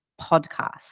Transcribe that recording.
podcast